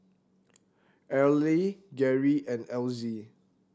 Arley Gerry and Elzy